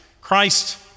Christ